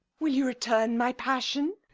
will you return my passion?